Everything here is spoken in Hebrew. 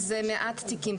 מדובר במעט תיקים,